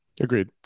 Agreed